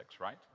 right